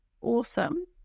Awesome